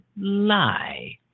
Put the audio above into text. lie